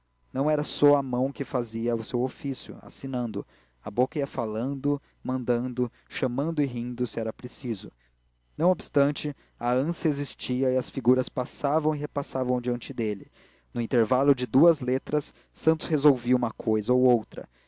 não era só a mão que fazia o seu ofício assinando a boca ia falando mandando chamando e rindo se era preciso não obstante a ânsia existia e as figuras passavam e repassavam diante dele no intervalo de duas letras santos resolvia uma cousa ou outra